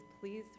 please